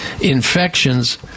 infections